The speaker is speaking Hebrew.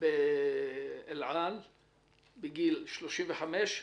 באל על בן 35,